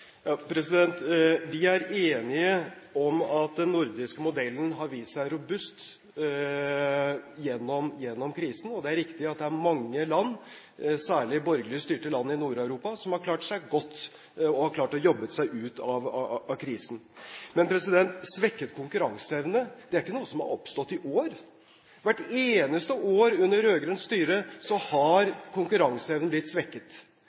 Vi er enige om at den nordiske modellen har vist seg robust gjennom krisen, og det er riktig at det er mange land, særlig borgerlig styrte land i Nord-Europa, som har klart seg godt, og har klart å jobbe seg ut av krisen. Men svekket konkurranseevne er ikke noe som har oppstått i år. Hvert eneste år under rød-grønt styre har konkurranseevnen blitt svekket.